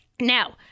Now